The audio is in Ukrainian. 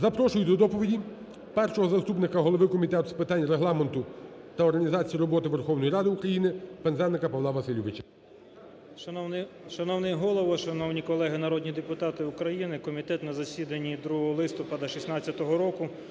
Запрошую до доповіді Першого заступника голови Комітету з питань Регламенту та організації роботи Верховної Ради України Пинзеника Павла Васильовича. 13:07:01 ПИНЗЕНИК П.В. Шановний Голово, шановні колеги народні депутати України. Комітет на засіданні 2 листопада 16-го року